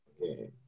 Okay